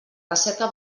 recerca